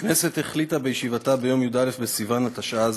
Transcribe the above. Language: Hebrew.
הכנסת החליטה בישיבתה ביום י"א בסיוון התשע"ז,